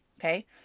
Okay